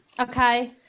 Okay